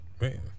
Man